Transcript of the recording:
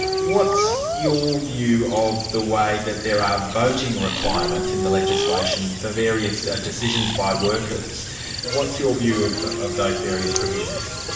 what's your view of the way that there are voting requirements in the legislation for various decisions by workers what's your view of of those various provisions?